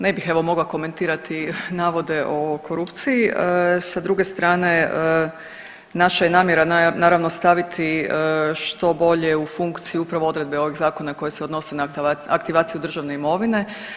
Ne bih evo mogla komentirati navode o korupciji, sa druge strane naša je namjera naravno staviti što bolje u funkciju upravo odredbe ovog zakona koje se odnose na aktivaciju državne imovine.